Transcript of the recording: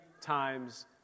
times